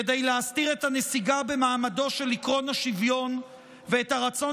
כדי להסתיר את הנסיגה במעמדו של עקרון השוויון ואת הרצון